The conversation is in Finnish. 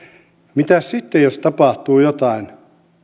mitäs sitten jos tapahtuu jotain